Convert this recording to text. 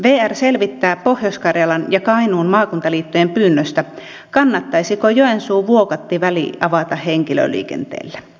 vr selvittää pohjois karjalan ja kainuun maakuntaliittojen pyynnöstä kannattaisiko joensuuvuokattiväli avata henkilöliikenteelle